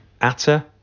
Atta